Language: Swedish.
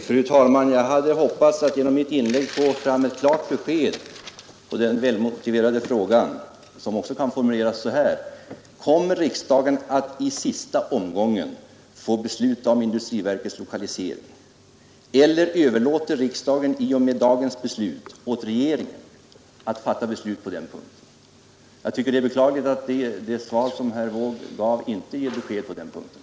Fru talman! Jag hade hoppats att genom mitt inlägg få ett klart svar på den välmotiverade fråga jag ställde. Den kan också formuleras så här: Kommer riksdagen att i sista omgången få besluta om industriverkets lokalisering? Eller överlåter riksdagen i och med dagens beslut åt regeringen att fatta beslut på den punkten? Jag tycker att det är beklagligt att det svar som herr Wååg gav inte ger besked på den punkten.